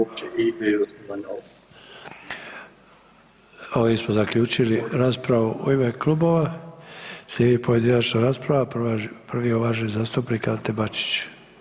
Ovime smo zaključili raspravu u ime klubova, slijedi pojedinačna rasprava, prvi je uvaženi zastupnik Ante Bačić.